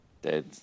dead